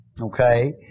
okay